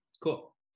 Cool